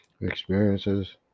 experiences